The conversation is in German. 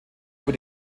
über